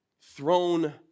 throne